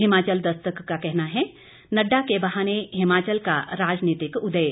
हिमाचल दस्तक का कहना ह नड्डा के बहाने हिमाचल का राजनीतिक उदय